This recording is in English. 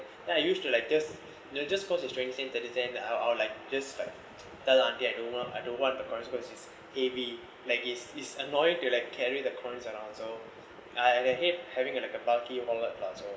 then I used to like just you know just supposed to bring that thirty cents I would I would like just like tell the auntie I don't want I don't want the coins because is heavy like is is annoying to like carry the coins around so I hate having a like a bulky wallet lah so